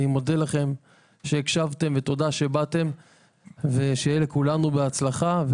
אני מודה לכם שבאתם ושהקשבתם ומאחל לכולנו בהצלחה,